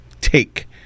take